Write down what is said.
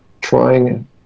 trying